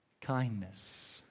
Kindness